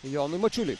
jonui mačiuliui